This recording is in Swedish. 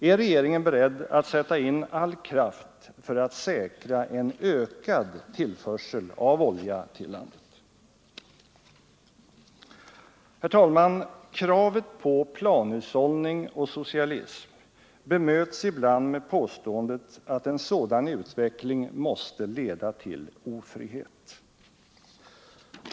Är regeringen beredd att sätta in all kraft för att säkra en ökad tillförsel av olja till landet? Herr talman! Kravet på planhushållning och socialism bemöts ibland med påståendet att en sådan utveckling måste leda till ofrihet.